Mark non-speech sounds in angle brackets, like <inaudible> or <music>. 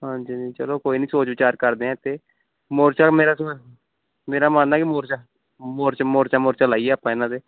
ਹਾਂਜੀ ਜੀ ਚਲੋ ਕੋਈ ਨਹੀਂ ਸੋਚ ਵਿਚਾਰ ਕਰਦੇ ਹਾਂ ਇਹ 'ਤੇ ਮੋਰਚਾ ਮੇਰਾ <unintelligible> ਮੇਰਾ ਮਾਨਨਾ ਕਿ ਮੋਰਚਾ ਮੋਰਚਾ ਮੋਰਚਾ ਮੋਰਚਾ ਲਾਈਏ ਆਪਾਂ ਇਹਨਾਂ 'ਤੇ